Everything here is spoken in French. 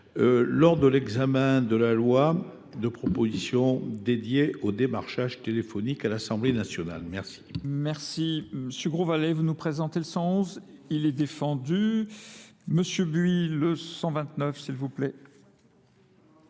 lors de l'examen de la loi de proposition dédiée au démarchage téléphonique à l'Assemblée nationale. Merci. Merci. Monsieur Grosvalet, vous nous présentez le 111. Il est défendu. Monsieur Buie, le 129, s'il vous plaît.